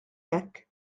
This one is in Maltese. hekk